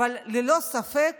אבל ללא ספק